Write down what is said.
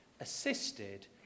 assisted